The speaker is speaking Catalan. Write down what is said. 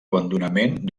abandonament